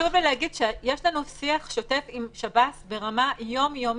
חשוב לי להגיד שיש לנו שיח שותף עם שב"ס ברמה יום יומית.